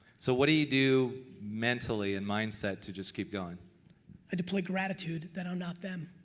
so what do you do mentally and mindset to just keep going? i deploy gratitude that i'm not them.